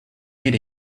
need